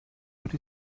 but